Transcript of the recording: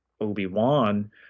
obi-wan